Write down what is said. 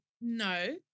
no